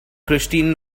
christine